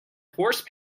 horse